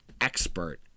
expert